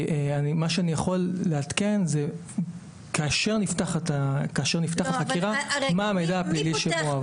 מה שאני יכול לעדכן זה כאשר נפתחת חקירה מה המידע הפלילי שמועבר.